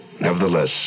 Nevertheless